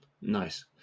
nice